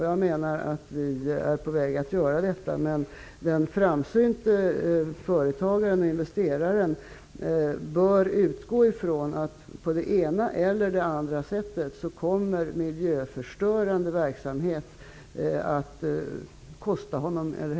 Jag menar att vi är på väg mot detta, men den framsynte företagaren och investeraren bör redan nu utgå från att miljöförstörande verksamhet på det ena eller andra sättet kommer att kosta mer.